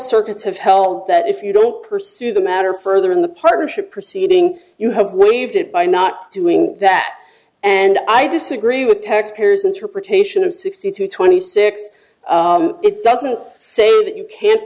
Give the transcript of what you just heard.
circuits have held that if you don't pursue the matter further in the partnership proceeding you have waived it by not doing that and i disagree with taxpayers interpretation of sixteen to twenty six it doesn't say that you can't